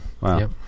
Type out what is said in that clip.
Wow